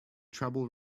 trouble